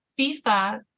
FIFA